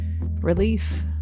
relief